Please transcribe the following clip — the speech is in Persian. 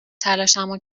تلاشمو